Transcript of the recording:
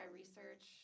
research